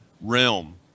realm